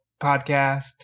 podcast